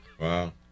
Wow